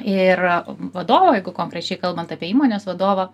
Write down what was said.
ir vadovo jeigu konkrečiai kalbant apie įmonės vadovą